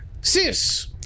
Sis